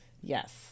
Yes